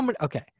Okay